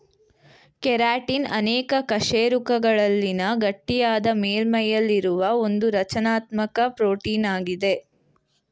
keratin ಅನೇಕ ಕಶೇರುಕಗಳಲ್ಲಿನ ಗಟ್ಟಿಯಾದ ಮೇಲ್ಮೈಯಲ್ಲಿರುವ ಒಂದುರಚನಾತ್ಮಕ ಪ್ರೋಟೀನಾಗಿದೆ